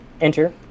enter